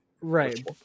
right